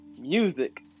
Music